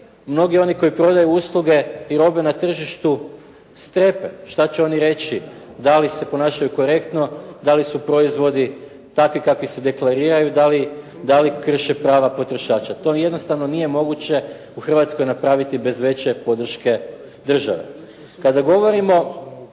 mnogi oni koji prodaju usluge i robe na tržištu strepe šta će oni reći, da li se ponašaju korektno, da li su proizvodi takvi kakvi se deklariraju, da li krše prava potrošača. To jednostavno nije moguće u Hrvatskoj napraviti bez veće podrške države. Kada govorimo